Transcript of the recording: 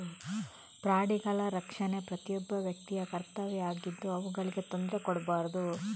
ಪ್ರಾಣಿಗಳ ರಕ್ಷಣೆ ಪ್ರತಿಯೊಬ್ಬ ವ್ಯಕ್ತಿಯ ಕರ್ತವ್ಯ ಆಗಿದ್ದು ಅವುಗಳಿಗೆ ತೊಂದ್ರೆ ಕೊಡ್ಬಾರ್ದು